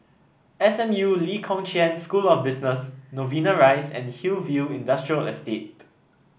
S M U Lee Kong Chian School of Business Novena Rise and Hillview Industrial Estate